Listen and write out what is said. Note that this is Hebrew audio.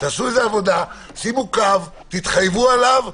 תעשו עבודה, שימו קו, תתחייבו עליו.